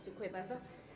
Dziękuję bardzo.